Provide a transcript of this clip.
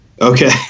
okay